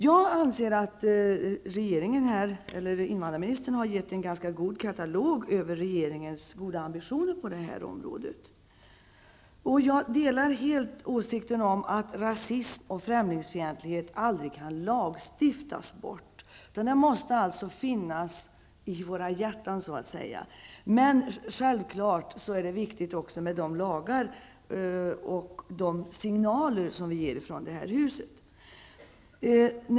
Jag anser att invandrarministern har redovisat en ganska fin katalog över regeringens goda ambitioner på detta område. Jag delar helt åsikten om att rasism och främlingsfientlighet aldrig kan lagstiftas bort. Den rätta känslan måste finnas i våra hjärtan. Men självfallet är det också viktigt med de lagar och de signaler som vi ger från detta hus.